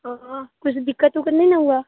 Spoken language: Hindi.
हाँ कुछ दिक्कत विक्कत नहीं ना हुआ